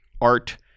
art